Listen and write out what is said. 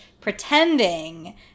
pretending